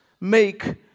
make